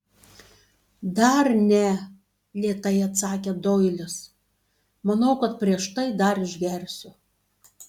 dar ne lėtai atsakė doilis manau kad prieš tai dar išgersiu